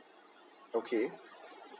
okay